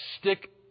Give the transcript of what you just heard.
stick